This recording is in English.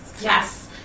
Yes